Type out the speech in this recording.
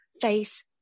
face